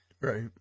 Right